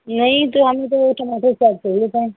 नहीं तो हमको टमाटर सॉस चाहिए था